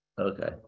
Okay